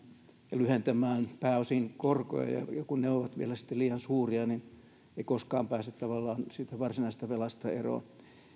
lyhentämään pääosin korkoja ja kun ne ovat vielä sitten liian suuria niin ei koskaan pääse tavallaan siitä varsinaisesta velasta eroon